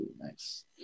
nice